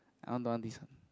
I want don't want listen